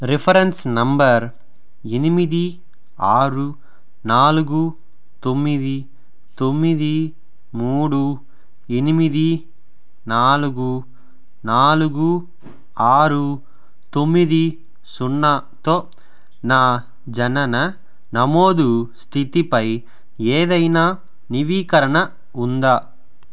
reference number ఎనిమిది ఆరు నాలుగు తొమ్మిది తొమ్మిది మూడు ఎనిమిది నాలుగు నాలుగు ఆరు తొమ్మిది సున్నాతో నా జనన నమోదు స్థితిపై ఏదైనా నవీకరణ ఉందా